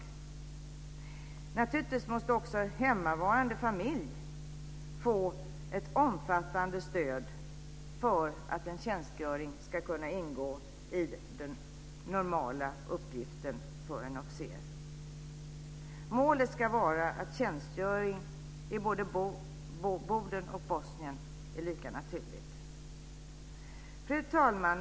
Hemmavarande familj måste naturligtvis också få ett omfattande stöd för att en utlandstjänstgöring ska kunna ingå i den normala uppgiften för en officer. Målet ska vara att tjänstgöring i både Boden och Bosnien är lika naturligt. Fru talman!